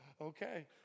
okay